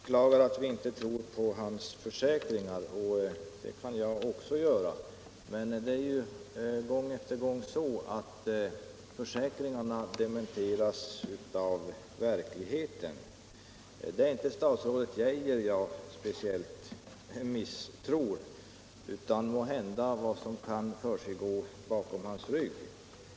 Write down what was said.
Herr talman! Statsrådet Geijer beklagar att vi inte tror på hans försäkringar. Det är naturligtvis beklagligt att vi inte kan göra det, men det händer ju gång på gång att försäkringarna dementeras av verkligheten. Det är inte statsrådet Geijer som jag speciellt misstror utan vad som måhända kan försiggå bakom hans rygg.